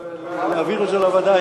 היא מוכנה להעביר את זה לוועדה,